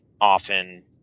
often